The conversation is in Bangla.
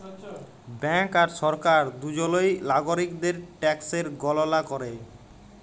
ব্যাংক আর সরকার দুজলই লাগরিকদের ট্যাকসের গললা ক্যরে